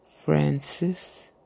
Francis